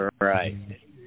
right